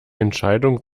entscheidung